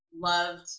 loved